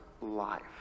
life